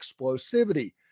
explosivity